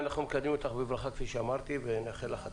אנחנו מקדמים אותך בברכה ומאחלים לך בהצלחה.